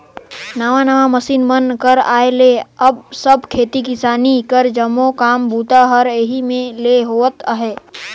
नावा नावा मसीन मन कर आए ले अब सब खेती किसानी कर जम्मो काम बूता हर एही मे ले होवत अहे